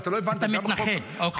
אתה מתנחל, אוקיי.